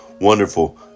wonderful